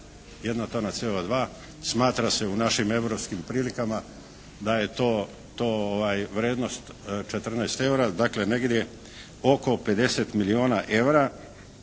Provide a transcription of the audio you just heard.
1 tona CO2 smatra se u našim europskim prilika da je to vrijednost 14 eura, dakle oko 50 milijuna eura,